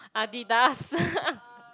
Adidas